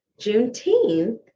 Juneteenth